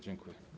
Dziękuję.